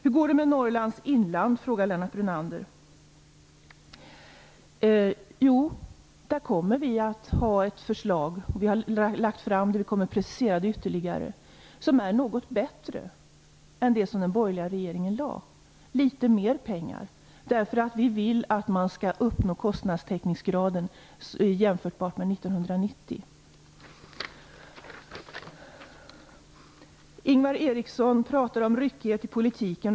Lennart Brunander frågar hur det går med Norrlands inland. Vi har lagt fram ett förslag, och vi kommer att precisera det ytterligare, som är något bättre än det som den borgerliga regeringen lade fram. Det gäller litet mer pengar. Vi vill att man skall uppnå en kostnadsteckningsgrad som är jämförbar med den man uppnådde 1990. Ingvar Eriksson pratar om ryckighet i politiken.